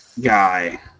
guy